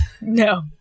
no